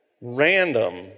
random